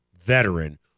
veteran